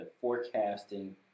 forecasting